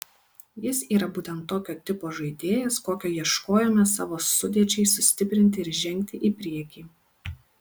jis yra būtent tokio tipo žaidėjas kokio ieškojome savo sudėčiai sustiprinti ir žengti į priekį